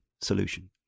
solution